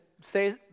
say